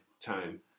time